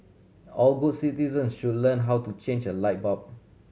all good citizen should learn how to change a light bulb